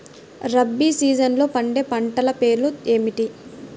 రబీ సీజన్లో పండే పంటల పేర్లు ఏమిటి?